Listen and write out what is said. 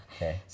Okay